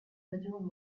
bedroom